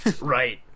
right